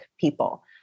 people